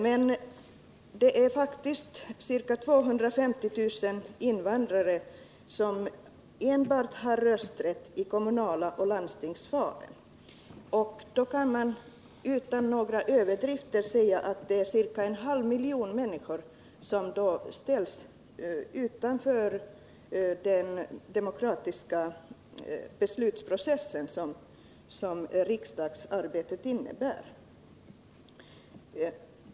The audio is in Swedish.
Men det är faktiskt ca 250 000 invandrare som enbart har rösträtt i kommunaloch landstingsval. Då kan man utan överdrift säga att det är ca en halv miljon människor som ställs utanför den demokratiska beslutsprocess som riksdagsarbetet innebär.